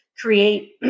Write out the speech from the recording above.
create